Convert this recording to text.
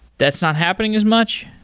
that's not happening as much?